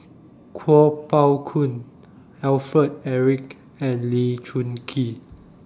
Kuo Pao Kun Alfred Eric and Lee Choon Kee